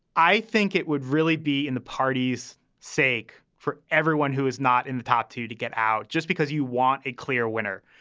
i think it would really be in the party's sake for everyone who is not in the top two to get out just because you want a clear winner.